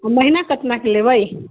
महीना कितनाके लेबै